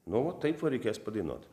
no va taip va reikės padainuot